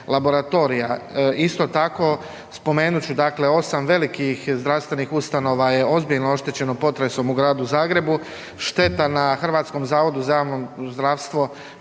Isto tako spomenut ću osam velikih zdravstvenih ustanova je ozbiljno oštećeno potresom u Gradu Zagrebu. Šteta na HZJZ-u kao stožernoj